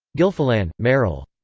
gilfillan, merrill.